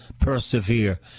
persevere